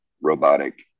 robotic